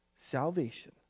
Salvation